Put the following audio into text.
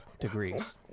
degrees